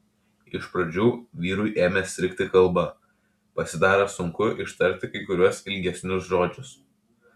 iš pradžių vyrui ėmė strigti kalba pasidarė sunku ištarti kai kuriuos ilgesnius žodžius